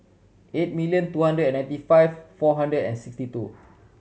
eight million two hundred and ninety five four hundred and sixty two